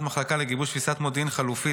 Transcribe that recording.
מחלקה לגיבוש תפיסת מודיעין חלופית,